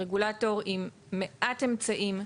הרגולטור עם מעט אמצעים,